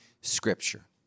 scripture